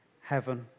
heaven